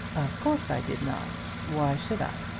of course i did not. why should i?